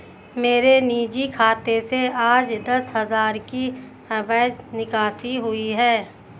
मेरे निजी खाते से आज दस हजार की अवैध निकासी हुई है